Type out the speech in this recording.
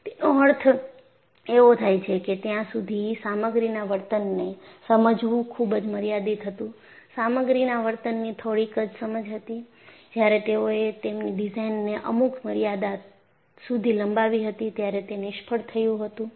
તેનો અર્થ એવો થાય છે કે ત્યાં સુધી સામગ્રીના વર્તનને સમજવું ખુબ જ મર્યાદિત હતું સામગ્રીના વર્તનની થોડીક જ સમજ હતી જ્યારે તેઓએ તેમની ડિઝાઇનને અમુક મર્યાદા સુધી લંબાવી હતી ત્યારે તે નિષ્ફળ થયું હતું